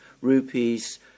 rupees